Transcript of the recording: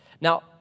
Now